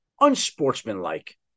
unsportsmanlike